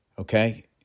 okay